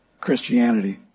Christianity